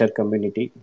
community